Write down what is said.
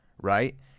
Right